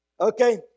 Okay